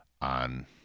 on